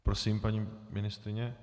Prosím, paní ministryně.